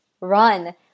run